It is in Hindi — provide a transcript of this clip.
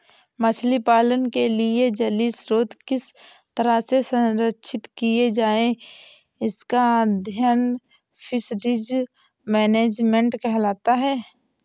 मछली पालन के लिए जलीय स्रोत किस तरह से संरक्षित किए जाएं इसका अध्ययन फिशरीज मैनेजमेंट कहलाता है